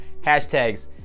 Hashtags